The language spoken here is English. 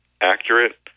accurate